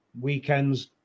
weekends